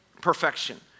perfection